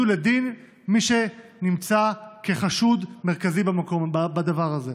לדין מי שנמצא כחשוד מרכזי בדבר הזה,